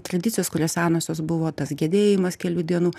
tradicijos kurios senosios buvo tas gedėjimas kelių dienų